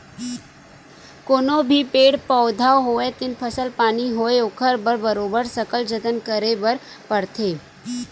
कोनो भी पेड़ पउधा होवय ते फसल पानी होवय ओखर बर बरोबर सकल जतन करे बर परथे